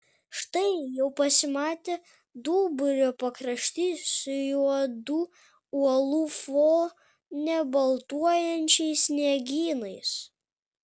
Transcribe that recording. štai jau pasimatė duburio pakraštys su juodų uolų fone baltuojančiais sniegynais